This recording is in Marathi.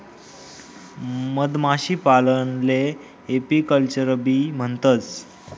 मधमाशीपालनले एपीकल्चरबी म्हणतंस